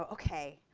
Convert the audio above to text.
ok.